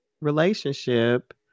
relationship